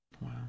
wow